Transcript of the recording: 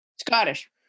Scottish